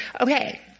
Okay